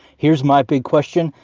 here's my big question,